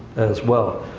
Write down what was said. as well.